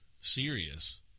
serious